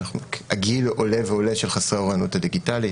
הגיל עולה ועולה של חסרי האוריינות הדיגיטלית.